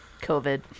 covid